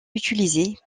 utilisée